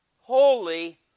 holy